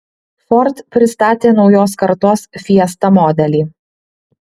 ford pristatė naujos kartos fiesta modelį